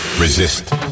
Resist